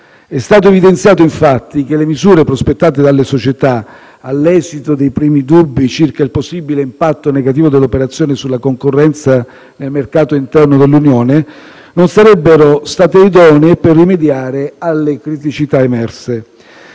È stato evidenziato infatti che le misure prospettate dalla società all'esito dei primi dubbi circa il possibile impatto negativo dell'operazione sulla concorrenza e sul mercato interno dell'Unione non sarebbero state idonee per rimediare alle criticità emerse.